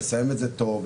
לסיים את זה טוב,